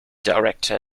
director